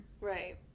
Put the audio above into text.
Right